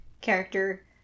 character